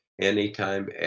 anytime